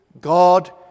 God